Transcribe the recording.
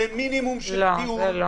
למינימום של דיון,